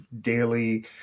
daily